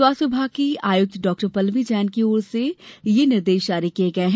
स्वास्थ्य विभाग की आयुक्त डॉ पल्लवी जैन की ओर से ये निर्देश जारी किये गये हैं